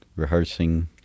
Rehearsing